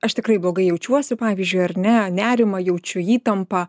aš tikrai blogai jaučiuosi pavyzdžiui ar ne nerimą jaučiu įtampą